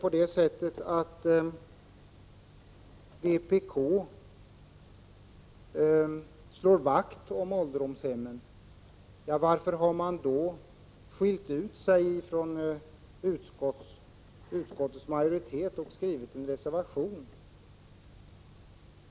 Om vpk verkligen slår vakt om ålderdomshemmen, varför har man då skilt ut sig från utskottsmajoriteten och skrivit en reservation?